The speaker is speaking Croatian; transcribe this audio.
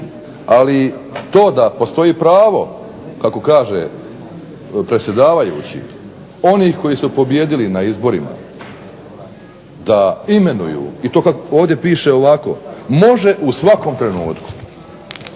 ali to da postoji pravo kako kaže predsjedavajući onih koji su pobijedili na izborima da da imenuju i to ovdje piše ovako može u svakom trenutku.